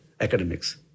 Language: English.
academics